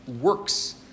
works